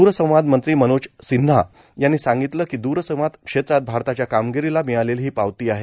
द्रसंवाद मंत्री मनोज सिन्हा यानी सांगितलं कि द्रसंवाद क्षेत्रात भारताच्या कामगिरीला मिळालेली ही पावती आहे